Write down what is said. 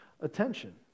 attention